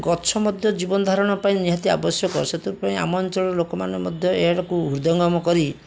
ଗଛ ମଧ୍ୟ ଜୀବନଧାରଣ ପାଇଁ ନିହାତି ଆବଶ୍ୟକ ସେଥିପାଇଁ ଆମ ଅଞ୍ଚଳର ଲୋକମାନେ ମଧ୍ୟ ଏହାକୁ ହୃଦୟଙ୍ଗମ କରି